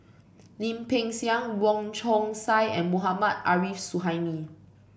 Lim Peng Siang Wong Chong Sai and Mohammad Arif Suhaimi